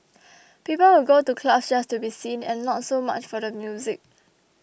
people would go to clubs just to be seen and not so much for the music